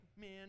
man